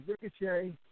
Ricochet